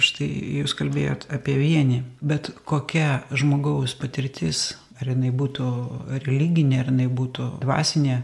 štai jūs kalbėjot apie vienį bet kokia žmogaus patirtis ar jinai būtų religinė ar jinai būtų dvasinė